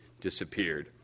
disappeared